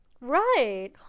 right